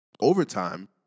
overtime